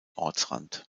ortsrand